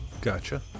Gotcha